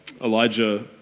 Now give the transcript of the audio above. Elijah